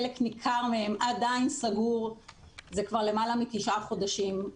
חלק ניכר מהם עדיין סגור זה כבר למעלה מתשעה חודשים,